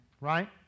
Right